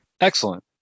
Excellent